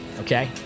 Okay